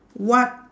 what